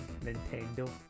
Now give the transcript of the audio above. Nintendo